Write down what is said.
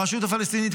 הרשות הפלסטינית,